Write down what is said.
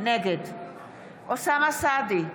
נגד אוסאמה סעדי,